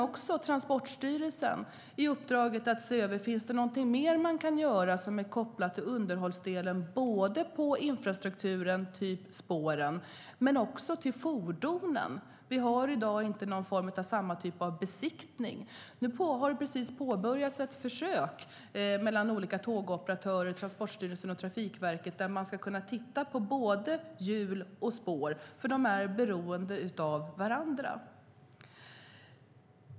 Också Transportstyrelsen har i uppdrag att se över om det är något mer man kan göra som är kopplat till underhållsdelen när det gäller såväl infrastrukturen och spåren som fordonen. Vi har i dag inte någon enhetlig form av besiktning. Nu har det påbörjats ett försök mellan olika tågoperatörer, Transportstyrelsen och Trafikverket där man ska kunna titta på både hjul och spår, för de är beroende av varandra.